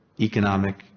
economic